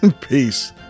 Peace